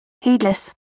Heedless